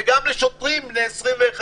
וגם משוטרים בני 22-21,